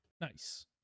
Nice